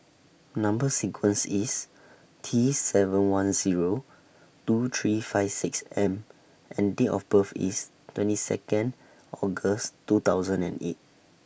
Number sequence IS T seven one Zero two three five six M and Date of birth IS twenty two August two thousand and eight